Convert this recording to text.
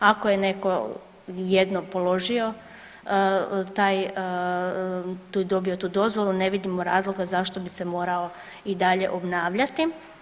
Ako je neko jedno položio i dobio tu dozvolu ne vidimo razloga zašto bi se morao i dalje obnavljati.